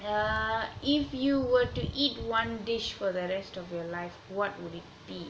err if you were to eat one dish for the rest of your life what would it be